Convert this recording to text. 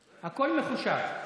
אדוני, אדוני, הכול מחושב.